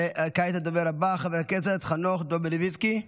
וכעת הדובר הבא, חבר הכנסת חנוך דב מלביצקי,